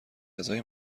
غذای